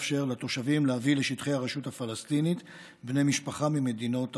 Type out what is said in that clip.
לתושבים להביא לשטחי הרשות הפלסטינית בני משפחה ממדינות אחרות.